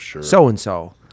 so-and-so